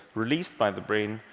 released by the brain,